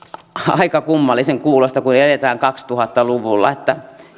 aika kummallisen kuuloista kun eletään kaksituhatta luvulla